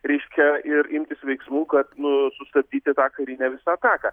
reiškia ir imtis veiksmų kad nu sustabdyti tą karinę visą ataką